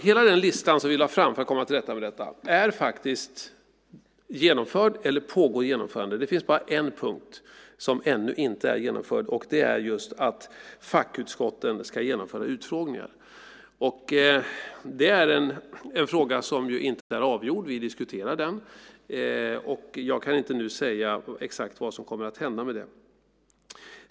Hela den lista som vi lade fram för att komma till rätta med detta är faktiskt genomförd eller också pågår ett genomförande. Det finns bara en punkt som ännu inte är genomförd, och det är just att fackutskotten ska genomföra utfrågningar. Och det är en fråga som inte är avgjord. Vi diskuterar den. Jag kan inte nu säga exakt vad som kommer att hända med det.